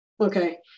Okay